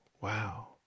Wow